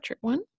one